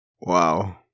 Wow